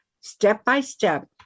Step-by-step